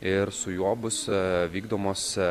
ir su juo bus vykdomos